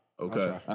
Okay